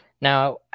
Now